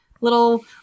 little